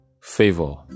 favor